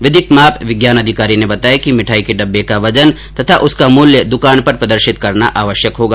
विधिक माप विज्ञान अधिकारी ने बताया कि मिठाई के डिब्बे का वजन तथा उसका मूल्य द्वकान पर प्रदर्शित करना आवश्यक होगा